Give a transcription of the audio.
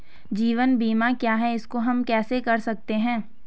जीवन बीमा क्या है इसको हम कैसे कर सकते हैं?